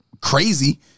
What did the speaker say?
crazy